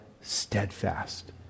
steadfast